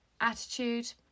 attitude